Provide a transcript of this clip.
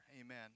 Amen